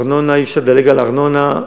ארנונה, אי-אפשר לדלג על ארנונה.